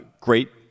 great